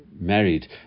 married